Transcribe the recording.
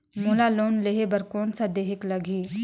मोला लोन लेहे बर कौन का देहेक लगही?